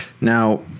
Now